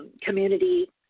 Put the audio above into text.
Community